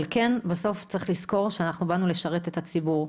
אבל בסוף צריך לזכור שאנחנו באנו לשרת את הציבור.